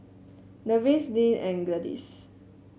Nevin Lynne and Gladis